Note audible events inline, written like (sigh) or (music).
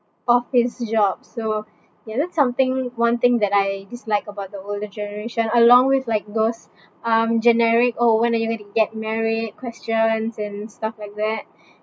office job so ya that's something one thing that I dislike about the older generation along with like those um generic oh when are you going to get married questions and stuff like that (breath)